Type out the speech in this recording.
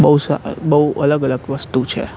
બઉ અલગ અલગ વસ્તુ છે